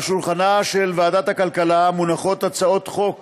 על שולחנה של ועדת הכלכלה מונחות הצעות חוק